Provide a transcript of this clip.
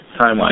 Timeline